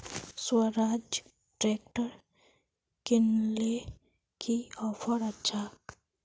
Swaraj tractor किनले की offer अच्छा?